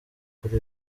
kuri